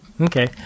Okay